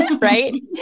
Right